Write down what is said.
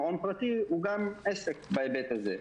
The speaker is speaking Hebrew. מעון פרטי הוא גם עסק בהיבט הזה,